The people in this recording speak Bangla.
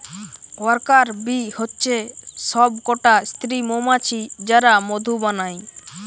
ওয়ার্কার বী হচ্ছে সব কটা স্ত্রী মৌমাছি যারা মধু বানায়